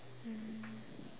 mm